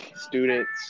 students